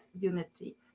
unity